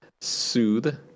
soothe